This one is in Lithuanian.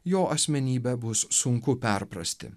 jo asmenybę bus sunku perprasti